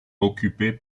occupé